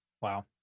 Wow